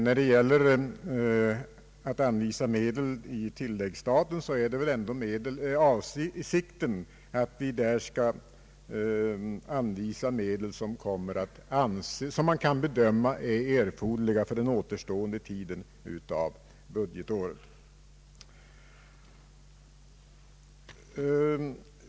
Avsikten med att anvisa medel på tillläggsstat är väl ändå att anvisade medel kan bedömas vara erforderliga för den återstående tiden av budgetåret.